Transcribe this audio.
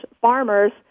farmers